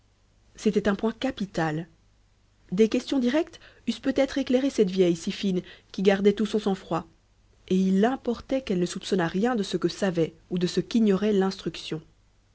c'était un point capital des questions directes eussent peut-être éclairé cette vieille si fine qui gardait tout son sang-froid et il importait qu'elle ne soupçonnât rien de ce que savait ou de ce qu'ignorait l'instruction